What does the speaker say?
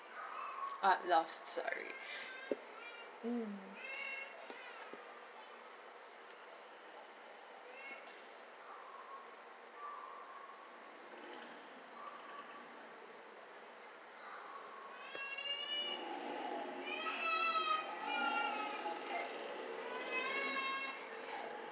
ah loft sorry mm